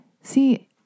See